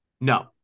no